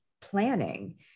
planning